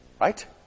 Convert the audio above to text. Right